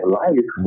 life